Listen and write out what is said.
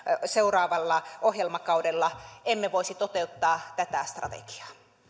seuraavalla ohjelmakaudella emme voisi toteuttaa tätä strategiaa